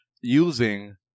using